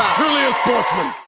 truly a sportsman.